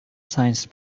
science